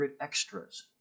extras